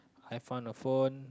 I found a phone